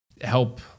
help